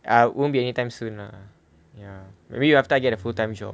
ah won't be anytime soon lah ya maybe after I get a full time job